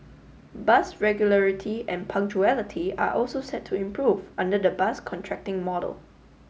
bus regularity and punctuality are also set to improve under the bus contracting model